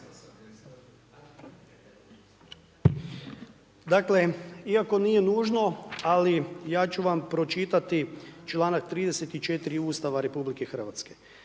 Dakle, iako nije nužno, ali ja ću vam pročitati čl. 34. Ustava RH.